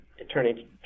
Attorney